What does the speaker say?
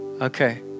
okay